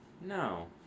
No